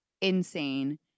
insane